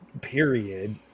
period